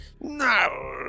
No